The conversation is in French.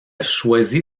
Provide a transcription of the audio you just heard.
choisi